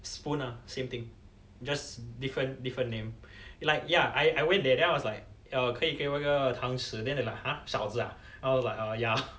spoon ah same thing just different different name like ya I I went there then I was like err 可以给我一个汤匙 then they were like !huh! 勺子啊 then I was like err ya